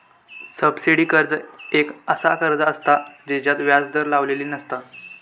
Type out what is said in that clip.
subsidy कर्ज एक असा कर्ज असता जेच्यात व्याज दर लावलेली नसता